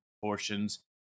portions